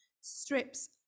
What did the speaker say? strips